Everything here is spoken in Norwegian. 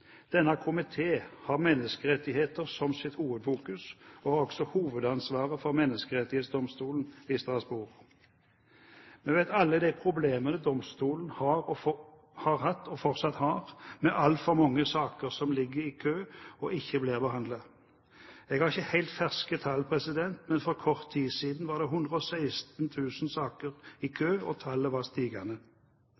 Denne komiteen har menneskerettigheter som sitt hovedområde og har hovedansvaret for Menneskerettighetsdomstolen i Strasbourg. Vi kjenner til alle de problemene domstolen har hatt og fortsatt har med altfor mange saker som ligger i kø og ikke blir behandlet. Jeg har ikke helt ferske tall, men for kort tid siden var det 116 000 saker i kø,